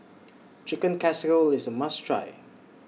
Chicken Casserole IS A must Try